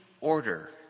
order